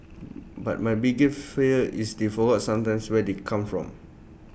but my bigger fear is they forward sometimes where they come from